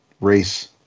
Race